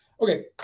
Okay